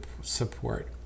support